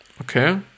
Okay